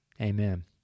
Amen